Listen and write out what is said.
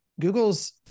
Google's